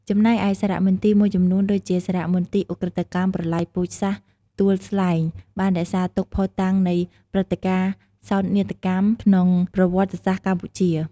ចំណែកឯសារមន្ទីរមួយចំនួនដូចជា សារមន្ទីរឧក្រិដ្ឋកម្មប្រល័យពូជសាសន៍ទួលស្លែង បានរក្សាទុកភស្តុតាងនៃព្រឹត្តិការណ៍សោកនាដកម្មក្នុងប្រវត្តិសាស្ត្រកម្ពុជា។